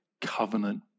covenant